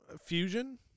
Fusion